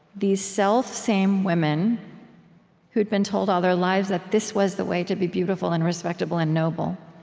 these selfsame women who'd been told all their lives that this was the way to be beautiful and respectable and noble,